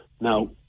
Now